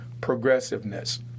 progressiveness